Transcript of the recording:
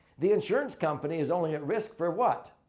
the insurance company is only at risk for what?